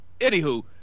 Anywho